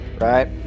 right